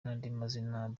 umuntu